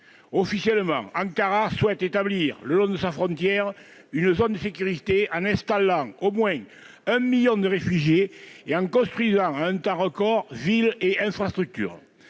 Officiellement, Ankara souhaite établir le long de sa frontière une zone de sécurité en installant au moins 1 million de réfugiés et en construisant, en un temps record, villes et infrastructures.